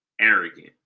Arrogant